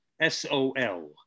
S-O-L